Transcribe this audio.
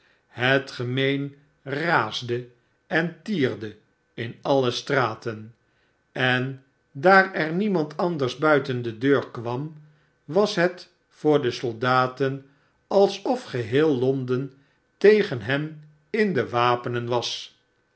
het gemeen raasde en tierde in alle straten en daar er niemand anders buiten de deur kwam was het voor de soldaten alsof geheel londen tegen hen m de wapenen was